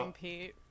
Pete